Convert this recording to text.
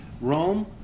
Rome